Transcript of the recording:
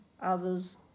Others